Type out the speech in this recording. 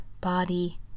body